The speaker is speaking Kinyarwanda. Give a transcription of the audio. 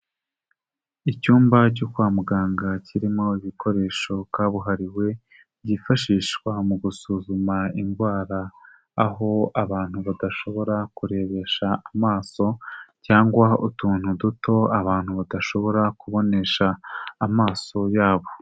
Icyumba cyo kwa muganga kirimo ibikoresho kabuhariwe byifashishwa mu gusuzuma indwara, aho abantu badashobora kurebesha amaso cyangwa utuntu duto abantu badashobora kubonesha amaso yabo.